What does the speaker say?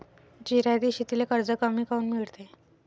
जिरायती शेतीले कर्ज कमी काऊन मिळते?